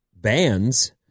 bands